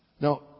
Now